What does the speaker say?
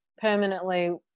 permanently